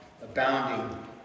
abounding